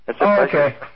Okay